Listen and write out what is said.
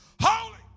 Holy